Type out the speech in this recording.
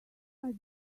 baby